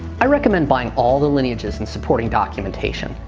i recommend buying all the lineages and supporting documentation,